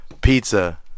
Pizza